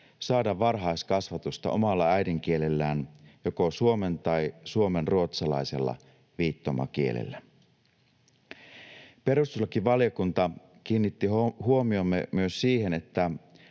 saada varhaiskasvatusta omalla äidinkielellään, joko suomalaisella tai suomenruotsalaisella viittomakielellä. Perustuslakivaliokunta kiinnitti huomiomme myös siihen, että